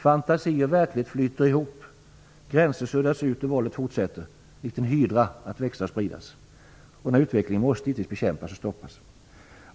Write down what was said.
Fantasi och verklighet flyter ihop. Gränser suddas ut, och våldet fortsätter likt en hydra att växa och spridas. Denna utveckling måste givetvis bekämpas och stoppas.